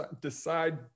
decide